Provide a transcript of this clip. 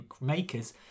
makers